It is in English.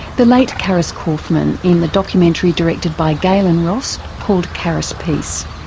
the late caris corfman in the documentary directed by gaylen ross called caris' peace.